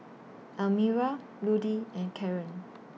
Elmira Ludie and Caron